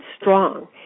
strong